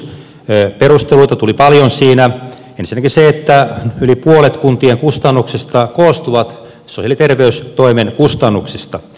perusteluita tuli paljon siinä ensinnäkin se että yli puolet kuntien kustannuksista koostuu sosiaali ja terveystoimen kustannuksista